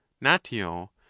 natio